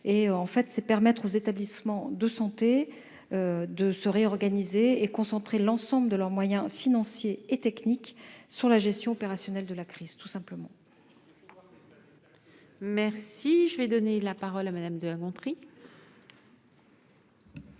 il s'agit de permettre aux établissements de santé de se réorganiser et de concentrer l'ensemble de leurs moyens financiers et techniques sur la gestion opérationnelle de la crise, tout simplement. La parole est à Mme Marie-Pierre de La Gontrie,